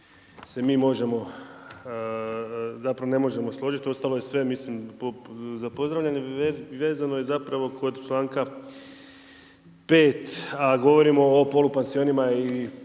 se mi možemo zapravo ne možemo složiti. Ostalo je sve mislim …/Govornik se ne razumije./… vezano je zapravo kod članka 5. a govorimo o polupansionima i